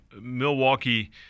Milwaukee